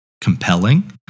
compelling